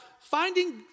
finding